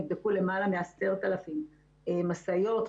נבדקו יותר מ-10,000 משאיות,